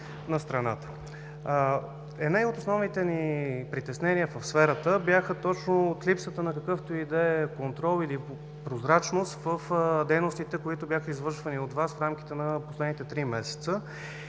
на страната. Едно от основните ни притеснения в сферата бяха точно от липсата на какъвто и да е контрол и прозрачност в дейностите, които бяха извършвани от Вас в рамките на последните три месеца.